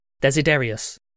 Desiderius